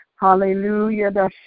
Hallelujah